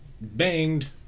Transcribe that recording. banged